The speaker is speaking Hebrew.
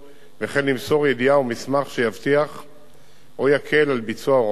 וכן למסור ידיעה או מסמך שיבטיחו או יקלו על ביצוע הוראות החוק.